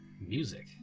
music